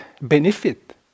benefit